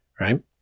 right